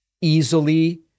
easily